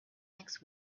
next